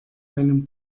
einem